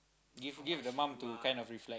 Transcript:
give give the mom to kind of reflect